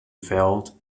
felt